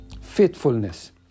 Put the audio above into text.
Faithfulness